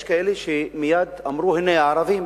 יש כאלה שמייד אמרו: הנה, הערבים